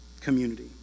community